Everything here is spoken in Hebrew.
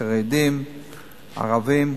חרדים, ערבים.